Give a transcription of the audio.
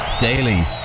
Daily